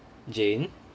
jane